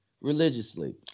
religiously